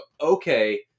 okay